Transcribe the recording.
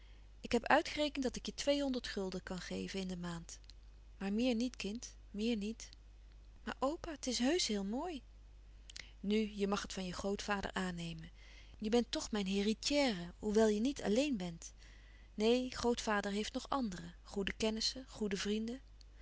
ik heb uitgerekend dat ik je tweehonderd gulden kan geven in de maand maar meer niet kind meer niet louis couperus van oude menschen de dingen die voorbij gaan maar opa het is heusch heel mooi nu je mag het van je grootvader aannemen je bent toch mijn heritière hoewel je niet alleen bent neen grootvader heeft nog anderen goede kennissen goede vrienden